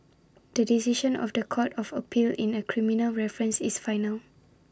the decision of The Court of appeal in A criminal reference is final